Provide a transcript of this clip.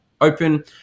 open